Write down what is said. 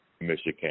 Michigan